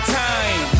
time